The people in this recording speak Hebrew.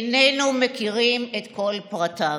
איננו מכירים את כל פרטיו.